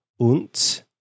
und